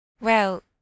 Well